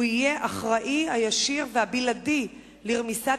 הוא יהיה האחראי הישיר והבלעדי לרמיסת